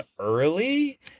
early